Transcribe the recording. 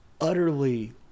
utterly